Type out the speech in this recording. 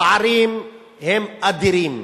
הפערים הם אדירים.